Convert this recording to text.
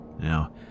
Now